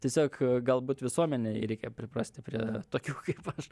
tiesiog galbūt visuomenei reikia priprasti prie tokių kaip aš